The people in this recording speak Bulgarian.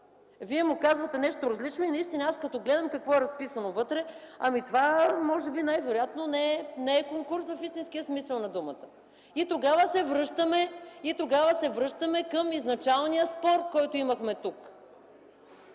Вие му казвате нещо различно и наистина аз като гледам какво е разписано вътре, това може би не е конкурс в истинския смисъл на думата. Тогава се връщаме към изначалния спор, който имахме тук,